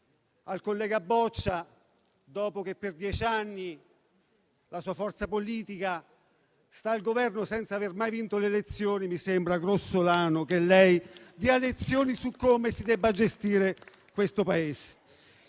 Al collega Boccia, dopo che per dieci anni la sua forza politica è stata al Governo senza aver mai vinto le elezioni, dico che mi sembra grossolano che dia lezioni su come si deve gestire il Paese.